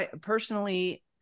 personally